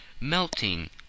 melting